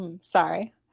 Sorry